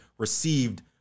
received